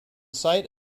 site